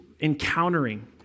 encountering